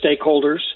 stakeholders